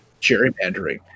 gerrymandering